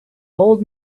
old